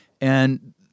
And-